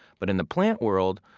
but in the plant world,